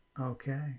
Okay